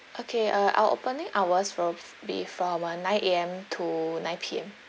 okay uh our opening hours will be from nine A_M to nine P_M